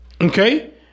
Okay